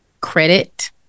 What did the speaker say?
credit